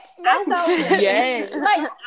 Yes